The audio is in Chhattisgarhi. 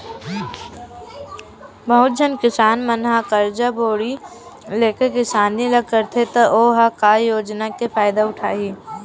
बहुत झन किसान मन ह करजा बोड़ी लेके किसानी ल करथे त ओ ह का योजना के फायदा उठाही